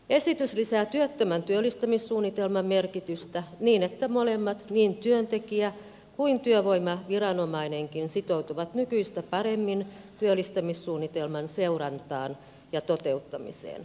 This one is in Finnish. esitys lisää työttömän työllistämissuunnitelman merkitystä niin että molemmat niin työntekijä kuin työvoimaviranomainenkin sitoutuvat nykyistä paremmin työllistämissuunnitelman seurantaan ja toteuttamiseen